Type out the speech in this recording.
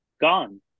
gone